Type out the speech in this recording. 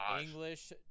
English